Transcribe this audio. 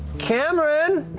cameron?